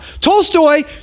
Tolstoy